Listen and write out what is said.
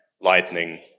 Lightning